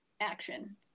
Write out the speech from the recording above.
action